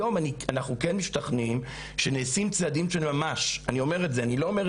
היום אנחנו כן משתכנעים שנעשים צעדים של ממש על ידי